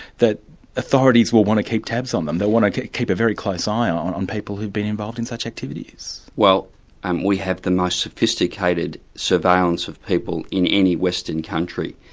that authorities will want to keep tabs on them? they'll want to keep a very close eye on on people who've been involved in such activities. well um we have the most sophisticated surveillance of people in any western country.